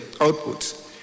output